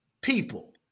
people